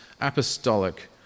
apostolic